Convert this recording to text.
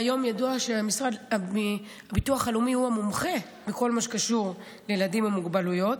היום ידוע שהביטוח הלאומי הוא המומחה בכל מה שקשור בילדים עם מוגבלויות,